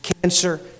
cancer